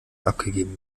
abgegeben